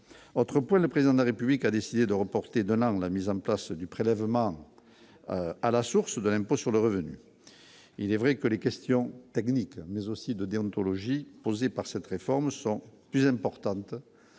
autre point, le président de la République a décidé de reporter d'un an la mise en place du prélèvement à la source de l'impôt sur le revenu, il est vrai que les questions techniques mais aussi de déontologie imposées par cette réforme sont plus importantes